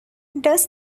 does